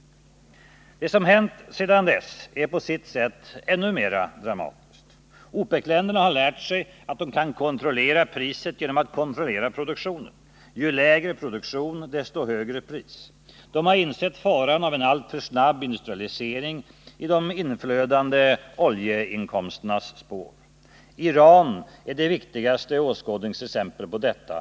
Det som hänt sedan dess är på sitt sätt ännu mer dramatiskt. OPEC-länderna har lärt sig att de kan kontrollera priset genom att kontrollera produktionen: ju lägre produktion, desto högre pris. De har insett faran av en alltför snabb industrialisering i de inflödande oljeinkomsternas spår. Iran är det viktigaste åskådningsexemplet på detta.